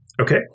Okay